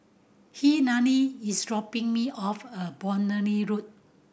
Helaine is dropping me off a Boundary Road